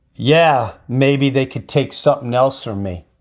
yeah. maybe they could take something else or me.